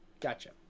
Gotcha